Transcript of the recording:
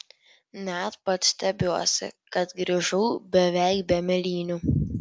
net pats stebiuosi kad grįžau beveik be mėlynių